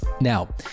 Now